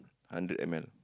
hundred M_L